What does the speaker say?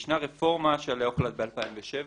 יש רפורמה עליה הוחלט ב-2007